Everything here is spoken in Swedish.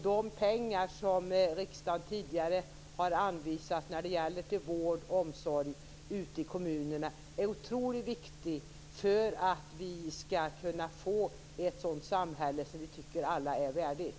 De pengar som riksdagen tidigare har anvisat för vård och omsorg ute i kommunerna är otroligt viktiga för att vi skall kunna få ett sådant samhälle som vi alla tycker är värdigt.